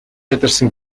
ядарсан